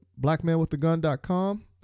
blackmanwiththegun.com